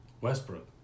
Westbrook